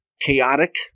chaotic